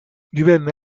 divenne